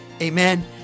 Amen